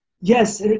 yes